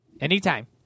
Anytime